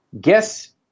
Guess